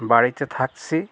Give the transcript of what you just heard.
বাড়িতে থাকছি